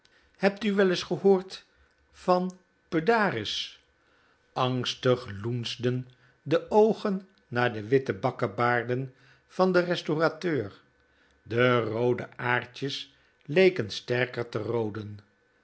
heb u wel is gehoord van pedaris angstig loensden de oogen naar de witte bakkebaarden van den restaurateur de roode aartjes leken sterker te rooden